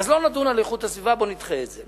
אז לא נדון על איכות הסביבה, בואו נדחה את זה.